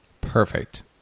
Perfect